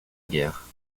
guerre